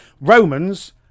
Romans